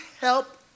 help